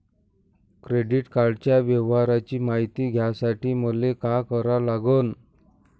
Credit कार्डाच्या व्यवहाराची मायती घ्यासाठी मले का करा लागन?